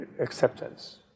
acceptance